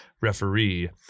referee